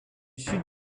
sud